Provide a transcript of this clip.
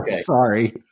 Sorry